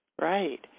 Right